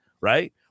right